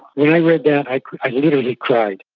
when i read that, i i literally cried.